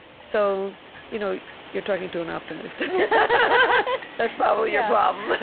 so you know you're talking to an optimist. that's probably your problem.